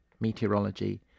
meteorology